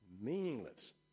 meaningless